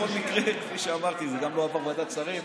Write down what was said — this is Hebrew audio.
בכל מקרה, כפי שאמרתי, זה גם לא עבר ועדת שרים,